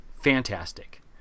Fantastic